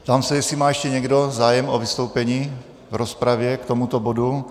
Ptám se, jestli má ještě někdo zájem o vystoupení v rozpravě k tomuto bodu.